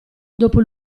dopo